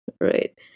right